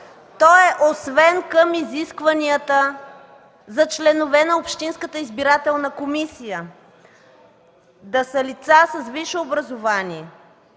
то е освен към изискванията за членове на общинската избирателна комисия да са лица с висше образование,